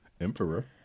emperor